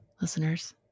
listeners